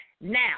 Now